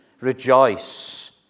rejoice